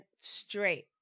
straight